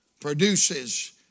produces